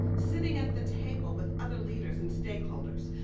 sitting at the table with other leaders and stakeholders,